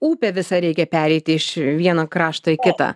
upę visą reikia pereiti iš vieno krašto į kitą